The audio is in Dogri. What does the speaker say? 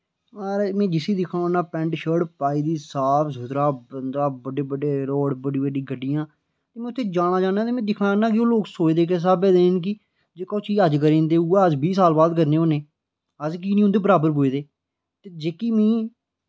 माराज में जिसी दिक्खां उ'नें पैंट शर्ट पाए दी साफ सुथरा बंदा बड्डे बड्डे रोड़ बड्डी बड्डी गड्डियां मैं उत्थै जाना चाह्न्ना ते में दिक्खना चाह्न्नां कि ओह् लोक सोचदे किस स्हाबै दे न कि जेह्के ओह् चीज अज्ज करी जंदे उ'ऐ अस बीह् साल बाद करने होन्ने अस कि निं उं'दे बराबर पुजदे ते जेह्की मी